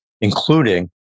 including